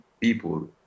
people